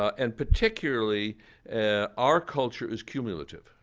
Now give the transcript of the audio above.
and particularly our culture is cumulative.